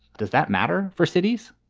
does that matter for cities?